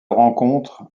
rencontre